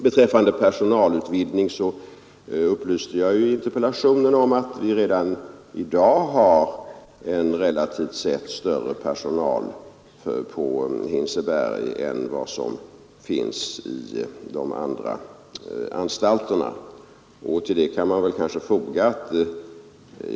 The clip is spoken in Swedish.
Beträffande personalen slutligen har jag i mitt svar upplyst om att vi redan i dag har en relativt sett större personal på Hinseberg än vid de övriga anstalterna.